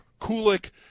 Kulik